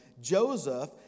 Joseph